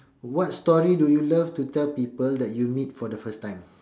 what story do you love to tell people that you meet for the first time